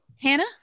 hannah